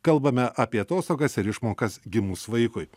kalbame apie atostogas ir išmokas gimus vaikui